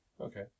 Okay